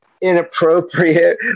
inappropriate